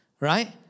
Right